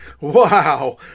Wow